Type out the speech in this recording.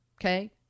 Okay